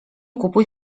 kupuj